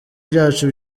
byacu